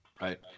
Right